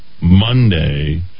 Monday